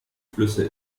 flüsse